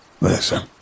Listen